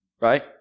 Right